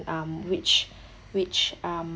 um which which um